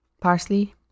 parsley